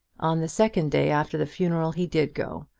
on the second day after the funeral he did go,